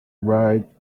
ride